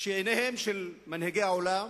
הוא שעיניהם של מנהיגי העולם,